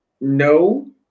No